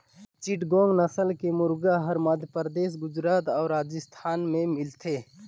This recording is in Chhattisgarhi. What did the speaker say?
चिटगोंग नसल के मुरगा हर मध्यपरदेस, गुजरात अउ राजिस्थान में मिलथे